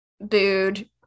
booed